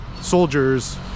soldiers